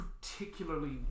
particularly